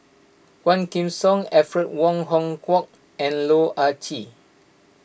Quah Kim Song Alfred Wong Hong Kwok and Loh Ah Chee